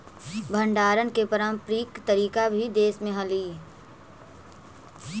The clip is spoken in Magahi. भण्डारण के पारम्परिक तरीका भी देश में हलइ